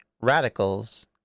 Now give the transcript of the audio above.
Radicals